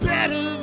Better